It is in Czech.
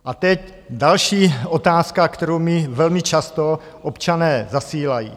A teď další otázka, kterou mi velmi často občané zasílají.